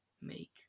make